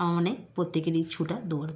আমার মনে প্রত্যেকেরই ছোটা দর